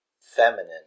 feminine